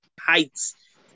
heights